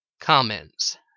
Comments